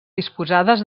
disposades